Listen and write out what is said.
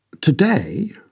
today